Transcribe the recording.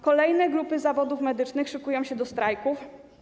Kolejne grupy zawodów medycznych szykują się do strajków.